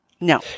No